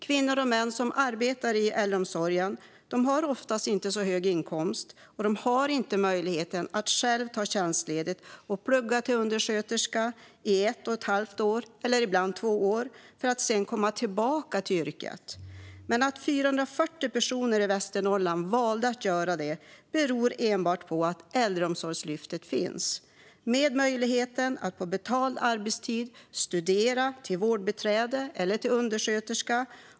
Kvinnor och män som arbetar i äldreomsorgen har oftast inte så hög inkomst och har inte möjlighet att ta tjänstledigt och plugga till undersköterska i ett och ett halvt eller ibland två år för att sedan komma tillbaka till yrket. Men att 440 personer i Västernorrland valde att göra detta beror enbart på att Äldreomsorgslyftet finns, med möjligheten att på betald arbetstid studera till vårdbiträde eller undersköterska.